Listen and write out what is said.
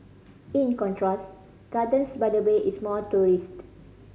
in contrast Gardens by the Bay is more tourist